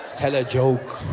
tell a joke